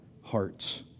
hearts